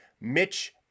mitch